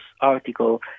article